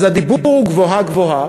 אז הדיבור הוא גבוהה-גבוהה,